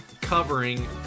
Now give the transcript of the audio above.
covering